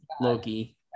Loki